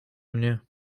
mnie